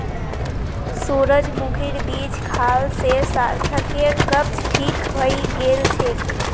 सूरजमुखीर बीज खाल से सार्थकेर कब्ज ठीक हइ गेल छेक